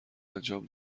انجام